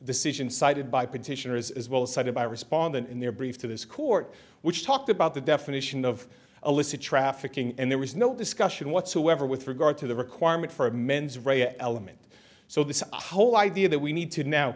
decision cited by petitioners as well as cited by respondent in their brief to this court which talked about the definition of illicit trafficking and there was no discussion whatsoever with regard to the requirement for a mens rea element so this whole idea that we need to now